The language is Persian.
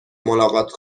ملاقات